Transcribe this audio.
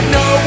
no